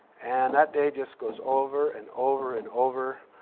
and that day just goes over and over and over.